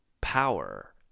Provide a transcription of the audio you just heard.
power